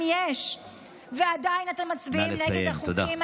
את המצאת השקר.